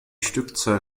stückzahl